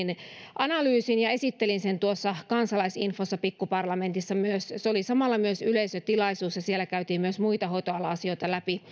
analyysin ja myös esittelin sen kansalaisinfossa pikkuparlamentissa se oli samalla myös yleisötilaisuus ja siellä käytiin myös muita hoitoalan asioita läpi